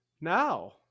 Now